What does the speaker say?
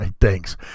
Thanks